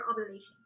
ovulation